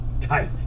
tight